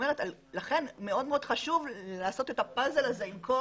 לכן מאוד מאוד חשוב לעשות את הפאזל הזה עם כל